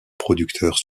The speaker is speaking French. producteur